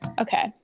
Okay